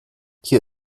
hier